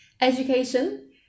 Education